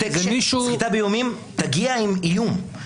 סחיטה באיומים תגיע עם איום.